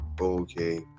okay